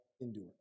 endure